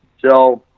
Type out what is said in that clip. so,